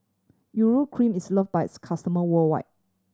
Urea Cream is loved by its customer worldwide